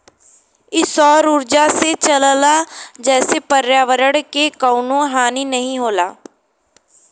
इ सौर उर्जा से चलला जेसे पर्यावरण के कउनो हानि नाही होला